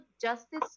Justice